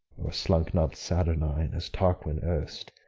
or slunk not saturnine, as tarquin erst,